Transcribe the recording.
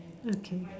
okay